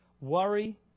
Worry